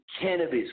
Cannabis